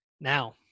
Now